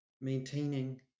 maintaining